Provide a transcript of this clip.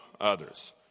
others